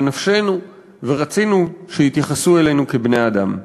נפשנו ורצינו שיתייחסו אלינו כאל בני-אדם.